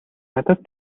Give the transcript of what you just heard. надад